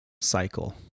cycle